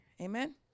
Amen